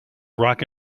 rock